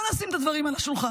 בואו נשים את הדברים על השולחן.